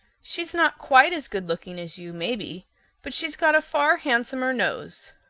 she's not quite as goodlooking as you, maybe, but she's got a far handsomer nose.